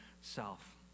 self